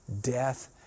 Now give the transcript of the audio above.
death